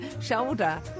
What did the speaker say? shoulder